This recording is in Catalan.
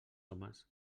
homes